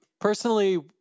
personally